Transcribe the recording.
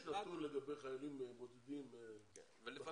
יש נתון לגבי חיילים בודדים בצבא?